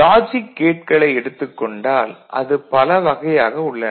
logic கேட்களை எடுத்துக் கொண்டால் அது பல வகையாக உள்ளன